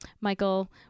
Michael